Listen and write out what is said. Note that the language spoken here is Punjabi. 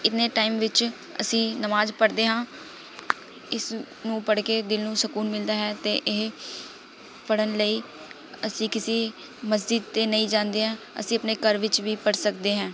ਇੰਨੇ ਟਾਈਮ ਵਿੱਚ ਅਸੀਂ ਨਮਾਜ਼ ਪੜ੍ਹਦੇ ਹਾਂ ਇਸ ਨੂੰ ਪੜ੍ਹਕੇ ਦਿਲ ਨੂੰ ਸਕੂਨ ਮਿਲਦਾ ਹੈ ਅਤੇ ਇਹ ਪੜ੍ਹਨ ਲਈ ਅਸੀਂ ਕਿਸੀ ਮਸਜਿਦ 'ਤੇ ਨਹੀਂ ਜਾਂਦੇ ਆ ਅਸੀਂ ਆਪਣੇ ਘਰ ਵਿੱਚ ਵੀ ਪੜ੍ਹ ਸਕਦੇ ਹੈਂ